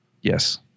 Yes